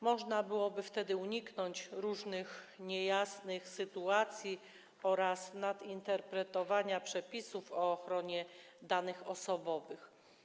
Można byłoby wtedy uniknąć różnych niejasnych sytuacji oraz nadinterpretowania przepisów o ochronie danych osobowych.